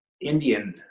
indian